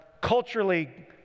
culturally